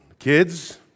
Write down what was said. Kids